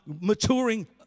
maturing